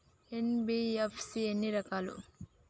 NBFC ఎన్ని రకాలు?